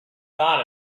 thought